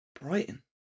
Brighton